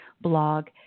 blog